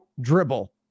dribble